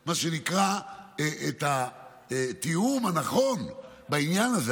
את התיאום הנכון בעניין הזה.